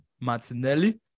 Martinelli